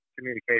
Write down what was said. communication